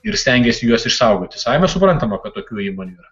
ir stengiasi juos išsaugoti savaime suprantama kad tokių įmonių yra